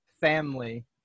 family